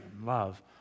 love